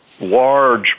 large